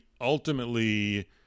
ultimately